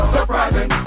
Surprising